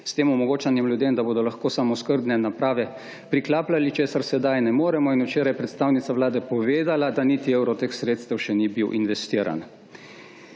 s tem omogočanje ljudem, da bodo lahko samooskrbne naprave priklapljali, česar sedaj ne moremo. Včeraj je predstavnica vlade povedala, da niti evro teh sredstev še ni bil investiran.